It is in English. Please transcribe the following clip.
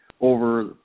over